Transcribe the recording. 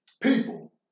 people